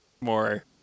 more